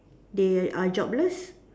they are jobless